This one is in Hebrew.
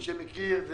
מי שמכיר,